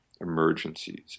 emergencies